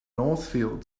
northfield